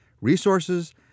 resources